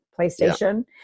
PlayStation